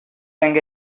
think